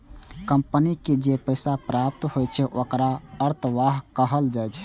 company के जे पैसा प्राप्त होइ छै, ओखरा अंतर्वाह कहल जाइ छै